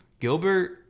Gilbert